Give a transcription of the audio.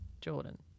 Jordan